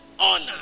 honor